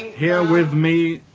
here with me,